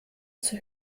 zur